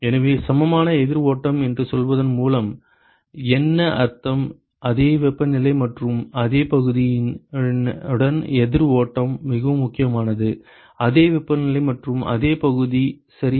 எனவே சமமான எதிர் ஓட்டம் என்று சொல்வதன் மூலம் என்ன அர்த்தம் அதே வெப்பநிலை மற்றும் அதே பகுதியுடன் எதிர் ஓட்டம் மிகவும் முக்கியமானது அதே வெப்பநிலை மற்றும் அதே பகுதி சரியா